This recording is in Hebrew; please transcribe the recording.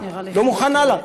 לא מוכנה לה,